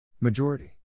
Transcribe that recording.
Majority